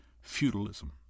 feudalism